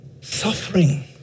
Suffering